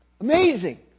Amazing